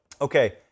Okay